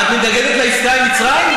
את מתנגדת לעסקה עם מצרים?